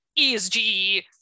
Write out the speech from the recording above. ESG